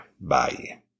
Bye